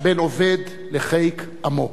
בן אובד לחיק עמו.